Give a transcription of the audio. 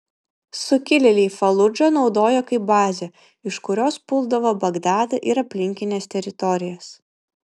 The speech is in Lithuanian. sukilėliai faludžą naudojo kaip bazę iš kurios puldavo bagdadą ir aplinkines teritorijas